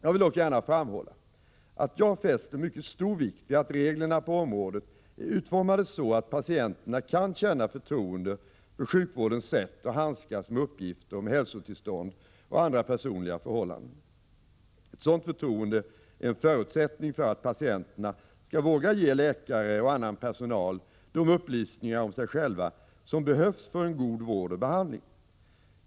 Jag vill dock gärna framhålla att jag fäster mycket stor vikt vid att reglerna på området är utformade så att patienterna kan känna förtroende för sjukvårdens sätt att handskas med uppgifter om hälsotillstånd och andra personliga förhållanden. Ett sådant förtroende är en förutsättning för att patienterna skall våga ge läkare och annan personal de upplysningar om sig själva som behövs för en god vård och behandling.